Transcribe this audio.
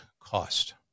Cost